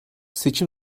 seçim